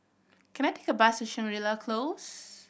can I take a bus to Shangri La Close